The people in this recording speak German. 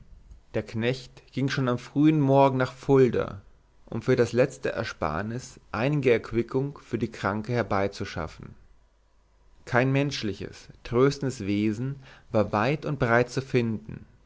der knecht ging schon am frühen morgen nach fulda um für das letzte ersparnis einige erquickung für die kranke herbeizuschaffen kein menschliches tröstendes wesen war weit und breit zu finden